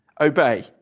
obey